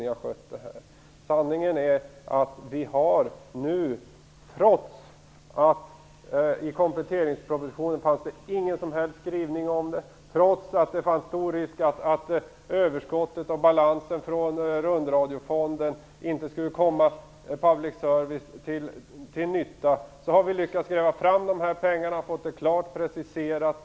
Ni har skött det här på ett något osmakligt sätt. Sanningen är att trots att det i kompletteringspropositionen inte fanns någon som helst skrivning om detta och trots att det fanns stor risk för att överskottet och balansen från rundradiofonden inte skulle komma till nytta för public service, har vi lyckats gräva fram de här pengarna och fått det klart preciserat.